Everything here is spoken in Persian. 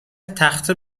تخته